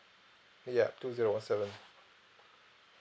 ya two zero one seven